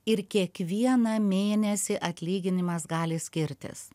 ir kiekvieną mėnesį atlyginimas gali skirtis